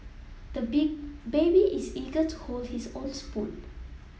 the big baby is eager to hold his own spoon